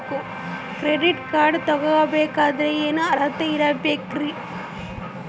Credit card ತೊಗೋ ಬೇಕಾದರೆ ಏನು ಅರ್ಹತೆ ಇರಬೇಕ್ರಿ?